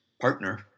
partner